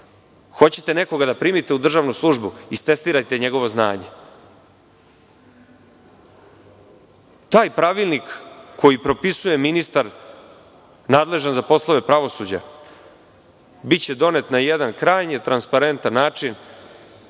Hoćete nekoga da primite u državnu službu? Onda istestirajte njegovo znanje. Taj pravilnik koji propisuje ministar nadležan za poslove pravosuđa biće donet na jedan krajnje transparentan način